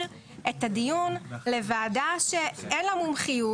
את הדיון לוועדה שאין לה מומחיות,